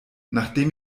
nachdem